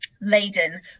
laden